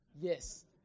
Yes